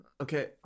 Okay